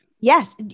Yes